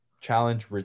challenge